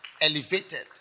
elevated